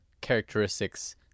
characteristics